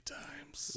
times